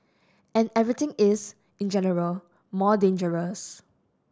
and everything is in general more dangerous